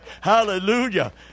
Hallelujah